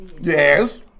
Yes